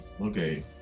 Okay